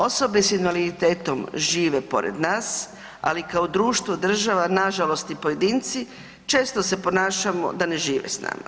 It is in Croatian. Osobe sa invaliditetom žive pored nas ali kao društvo, država nažalost i pojedinci, često se ponašamo da ne žive s nama.